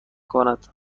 کند